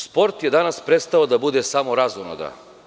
Sport je danas prestao da bude samo razonoda.